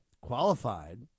qualified